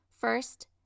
First